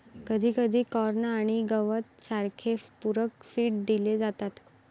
कधीकधी कॉर्न आणि गवत सारखे पूरक फीड दिले जातात